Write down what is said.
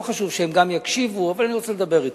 לא חשוב שהם גם יקשיבו, אבל אני רוצה לדבר אתך.